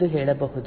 com ಎಂದು ಹೇಳಬಹುದು